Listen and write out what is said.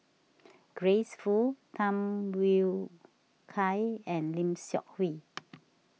Grace Fu Tham Yui Kai and Lim Seok Hui